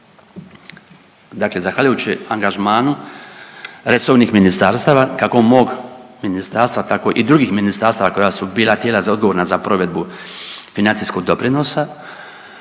Dakle, zahvaljujući angažmanu resornih ministarstava kako mog ministarstva tako i drugih ministarstava koja su bila tijela odgovorna za provedbu financijskog doprinosa,